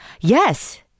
Yes